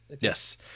Yes